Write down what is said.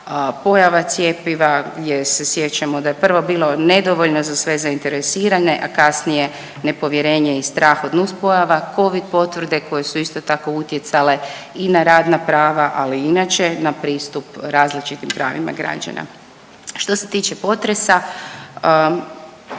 pojava cjepiva gdje se sjećamo da je prvo bilo nedovoljno za sve zainteresirane, a kasnije nepovjerenje i strah od nuspojava, covid potvrde koje su, isto tako utjecale i na radna prava, ali i inače na pristup različitim pravima građana. Što se tiče potresa,